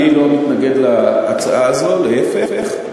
אני לא מתנגד להצעה הזאת, להפך.